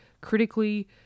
critically